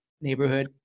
neighborhood